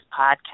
podcast